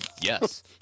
yes